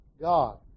God